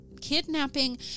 kidnapping